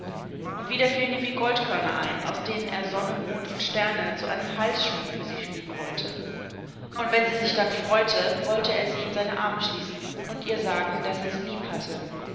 und wieder fielen ihm die goldkörner ein aus denen er sonne mond und sterne zu einem halsschmuck für sie schmieden wollte und wenn sie sich dann freute wollte er sie in seine arme schließen und ihr sagen daß er sie lieb hatte